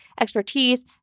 expertise